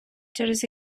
через